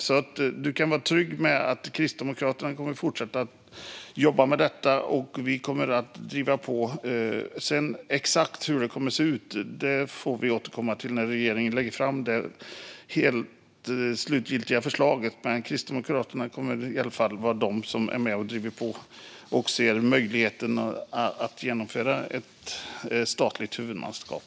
Ledamoten kan alltså vara trygg med att Kristdemokraterna kommer att fortsätta jobba med detta och att vi kommer att driva på. Exakt hur det kommer att se ut får vi dock återkomma till när regeringen lägger fram det slutgiltiga förslaget. Men Kristdemokraterna kommer i alla fall att vara med och driva på och ser möjligheten att genomföra ett statligt huvudmannaskap.